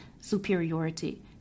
superiority